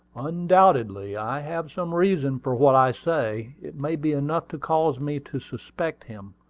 undoubtedly i have some reason for what i say. it may be enough to cause me to suspect him.